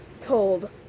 told